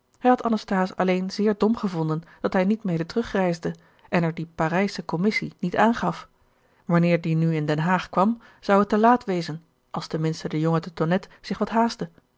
hij had anasthase alleen zeer dom gevonden dat hij niet mede terugreisde en er die parijsche commissie niet aan gaf wanneer die nu in den haag kwam zou het te laat wezen als ten minste de jonge de tonnette zich wat haastte